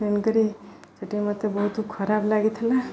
ତେଣୁ କରି ସେଠି ମୋତେ ବହୁତ ଖରାପ ଲାଗିଥିଲା